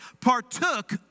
partook